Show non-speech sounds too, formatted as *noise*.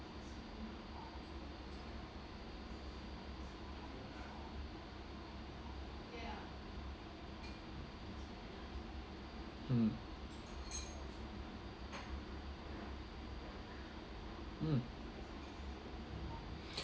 hmm mm *breath*